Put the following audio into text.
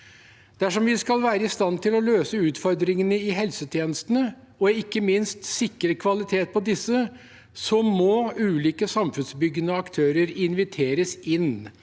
Dersom vi skal være i stand til å løse utfordringene i helsetjenestene, og ikke minst sikre kvaliteten på disse, må ulike samfunnsbyggende aktører inviteres inn.